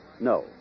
No